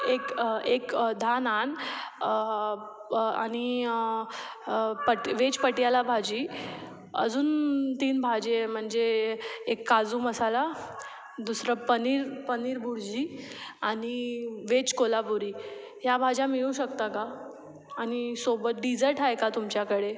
एक एक दहा नान आणि पट वेज पटियाला भाजी अजून तीन भाज्या म्हणजे एक काजू मसाला दुसरं पनीर पनीर बुर्जी आणि वेज कोल्हापुरी या भाज्या मिळू शकता का आणि सोबत डीजर्ट आहे का तुमच्याकडे